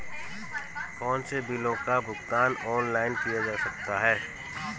कौनसे बिलों का भुगतान ऑनलाइन किया जा सकता है?